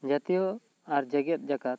ᱡᱟᱹᱛᱤᱭᱟᱹᱣ ᱟᱨ ᱡᱮᱜᱮᱛ ᱡᱟᱠᱟᱛ